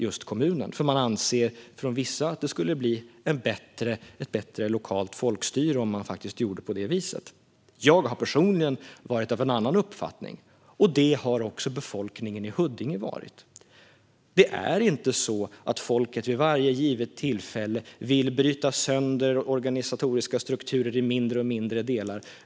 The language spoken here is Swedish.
Vissa anser att det skulle leda till ett bättre lokalt folkstyre. Jag har personligen varit av en annan uppfattning, och det har också befolkningen i Huddinge varit. Folket vill inte vid varje givet tillfälle bryta sönder organisatoriska strukturer till mindre delar.